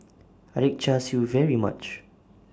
I like Char Siu very much